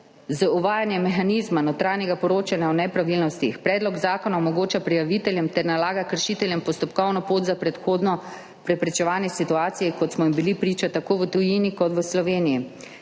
Z uvajanjem mehanizma notranjega poročanja o nepravilnostih predlog zakona omogoča prijaviteljem ter nalaga kršiteljem postopkovno pot za predhodno preprečevanje situacij, kot smo jim bili priča tako v tujini kot v Sloveniji